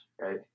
right